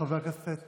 חבר הכנסת